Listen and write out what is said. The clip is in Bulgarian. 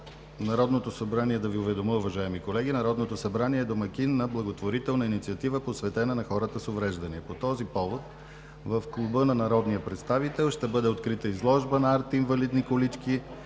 Народното събрание е домакин на благотворителна инициатива, посветена на хората с увреждания. По този повод в Клуба на народния представител ще бъде открита изложба на „Арт инвалидни колички“,